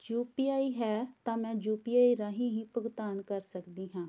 you P I ਹੈ ਤਾਂ ਮੈਂ ਜੂ ਪੀ ਆਈ ਰਾਹੀਂ ਹੀ ਭੁਗਤਾਨ ਕਰ ਸਕਦੀ ਹਾਂ